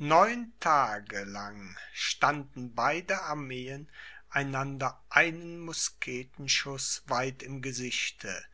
neun tage lang standen beide armeen einander einen musketenschuß weit im gesichte